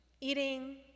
eating